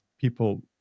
people